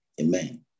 Amen